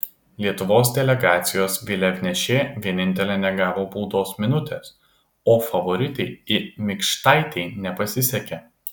lietuvos delegacijos vėliavnešė vienintelė negavo baudos minutės o favoritei i mikštaitei nepasisekė